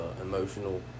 emotional